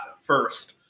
first